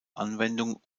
anwendungen